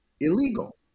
illegal